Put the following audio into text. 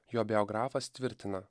jo biografas tvirtina